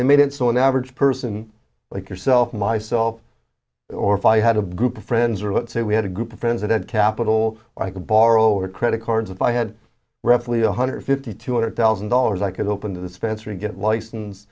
they made it so an average person like yourself myself or if i had a group of friends or let's say we had a group of friends that had capital i could borrow or credit cards if i had roughly one hundred fifty two hundred thousand dollars i could open to the spencer and get licen